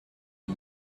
you